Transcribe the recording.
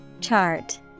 Chart